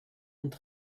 und